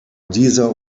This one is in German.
dieser